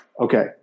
okay